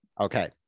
Okay